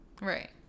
Right